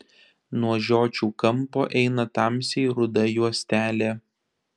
nuo žiočių kampo eina tamsiai ruda juostelė